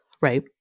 Right